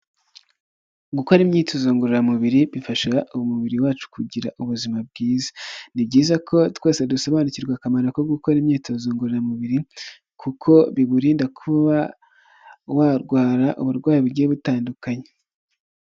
Gukora imyitozo ngororamubiri bifasha umubiri wacu kugira ubuzima bwiza, ni byiza ko twese dusobanukirwa akamaro ko gukora imyitozo ngororamubiri, kuko biwurinda kuba warwara uburwayi bugiye butandukanye.